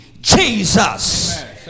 Jesus